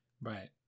right